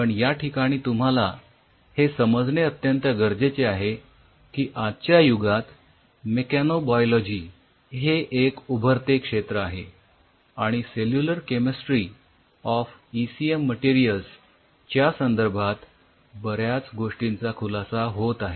पण या ठिकाणी तुम्हाला हे समजणे अत्यंत गरजेचे आहे की आजच्या युगात मेकॅनोबायोलॉजी हे एक उभरते क्षेत्र आहे आणि cellular chemistry of ECM materials च्या संदर्भात बऱ्याच गोष्टींचा खुलासा होत आहे